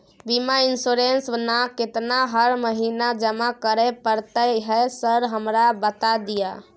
बीमा इन्सुरेंस ना केतना हर महीना जमा करैले पड़ता है सर हमरा बता दिय?